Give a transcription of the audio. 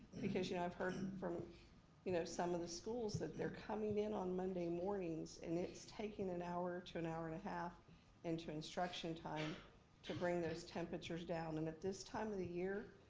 because you know, i've heard from you know some of the schools that they're coming in on monday mornings and it's taking an hour to an hour and a half into instruction time to bring those temperatures down. and at this time of the year,